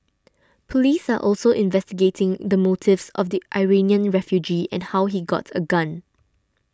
police are also investigating the motives of the Iranian refugee and how he got a gun